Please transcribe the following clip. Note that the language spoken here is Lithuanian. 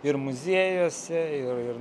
ir muziejuose ir ir